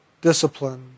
discipline